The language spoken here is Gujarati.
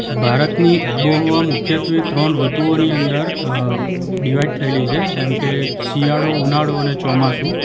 ભારતની આબોહવા મુખ્યત્વે ત્રણ ઋતુઓની અંદર ડિવાઈડ થએલી છે જેમકે શિયાળો ઉનાળો અને ચોમાસું